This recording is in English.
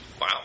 Wow